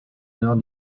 nord